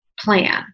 plan